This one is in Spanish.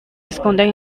esconden